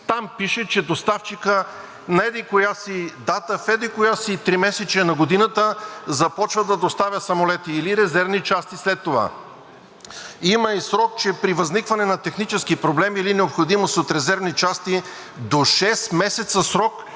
Там пише, че доставчикът на еди-коя си дата, в еди-кое си тримесечие на годината започва да доставя самолети или резервни части след това. Има и срок, че при възникване на технически проблем или необходимост от резервни части до 6 месеца срок